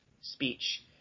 speech